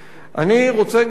אני רוצה גם לציין,